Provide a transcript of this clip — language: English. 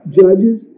judges